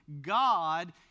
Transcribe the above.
God